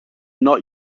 not